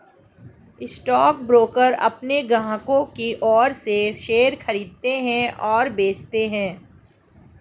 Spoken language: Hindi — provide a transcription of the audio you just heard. स्टॉकब्रोकर अपने ग्राहकों की ओर से शेयर खरीदते हैं और बेचते हैं